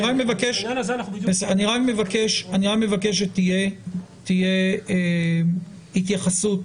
אני רק מבקש שתהיה התייחסות